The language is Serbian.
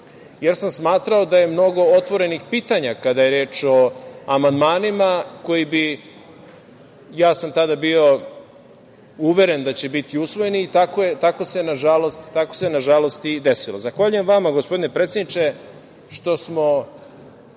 jer sam smatrao da je mnogo otvorenih pitanja kada je reč o amandmanima koji bi, ja sam tada bio uveren da će biti usvojeni, tako se na žalost i desilo. Zahvaljujem vama, gospodine predsedniče, što smo,